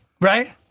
Right